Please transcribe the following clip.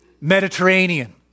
Mediterranean